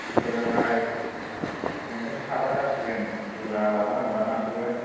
बुरजा जाबाय नोंजों साबा जासिगोन बुरजा लाबोनांगौना नाखौबो